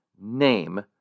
name